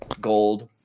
Gold